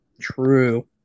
True